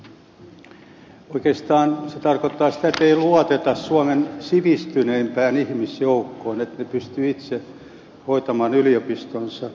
oikeastaan se tarkoittaa sitä että ei luoteta suomen sivistyneimpään ihmisjoukkoon siihen että he pystyvät itse hoitamaan yliopistonsa